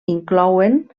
inclouen